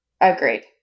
Agreed